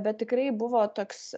bet tikrai buvo toks